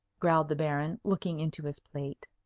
growled the baron, looking into his plate.